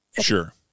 Sure